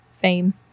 fame